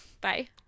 Bye